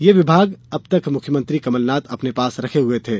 ये विभाग अब तक मुख्यमंत्री कमलनाथ अपने पास रखे हुए थे